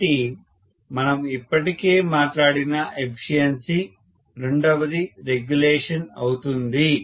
ఒకటి మనం ఇప్పటికే మాట్లాడిన ఎఫిషియన్సి రెండవది రెగ్యులేషన్ అవుతుంది